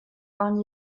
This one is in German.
waren